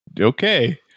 Okay